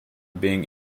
being